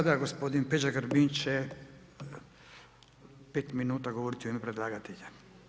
I sada gospodin Peđa Grbin će pet minuta govoriti u ime predlagatelja.